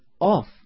off